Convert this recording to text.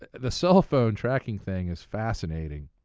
the cellphone tacking thing is fascinating.